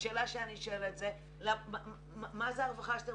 השאלה שאני שואלת היא מה זאת הרווחה שאתם